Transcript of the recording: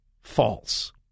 false